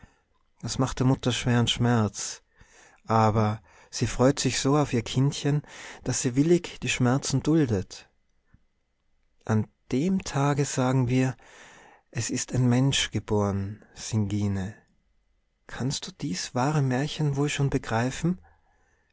das macht der mutter schweren schmerz aber sie freut sich so auf ihr kindchen daß sie willig die schmerzen duldet an dem tage sagen wir es ist ein mensch geboren singine kannst du dies wahre märchen wohl schon begreifen